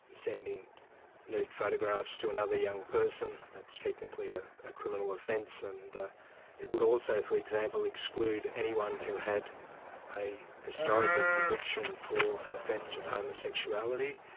and sending nude photographs to another young person, that's technically a criminal offence. and it would also, for example, exclude anyone who had a historical conviction for an offence of homosexuality.